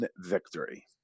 victory